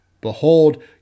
Behold